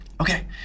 Okay